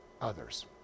others